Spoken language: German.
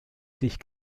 sich